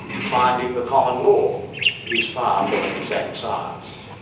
finding the common law is far from an exact science.